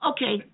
Okay